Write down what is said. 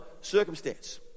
circumstance